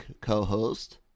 co-host